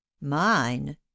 Mine